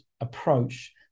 approach